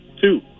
Two